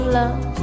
love